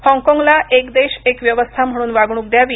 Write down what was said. हाँगकाँगला एक देश एक व्यवस्था म्हणून वागणूक द्यावी